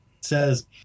says